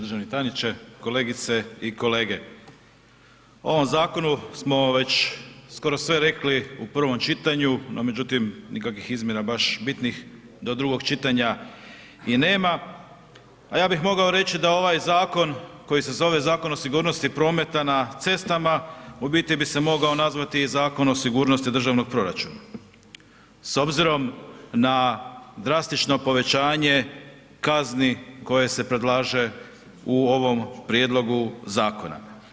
Državni tajniče, kolegice i kolege o ovom zakonu smo već skoro sve rekli u prvom čitanju, no međutim nikakvih izmjena baš bitnih do drugog čitanja i nema, a ja bih mogao reći da ovaj zakon koji se zove Zakon o sigurnosti prometa na cestama u biti bi se mogao nazvati i zakon o sigurnosti državnog proračuna s obzirom na drastično povećanje kazni koje se predlaže u ovom prijedlogu zakona.